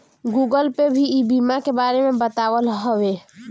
Google पे भी ई बीमा के बारे में बतावत हवे